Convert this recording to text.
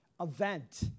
event